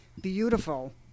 Beautiful